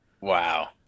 wow